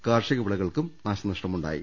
കാർഷിക വിളകൾക്കും നാശനഷ്ടമുണ്ടായി